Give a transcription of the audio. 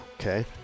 Okay